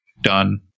done